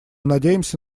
надеемся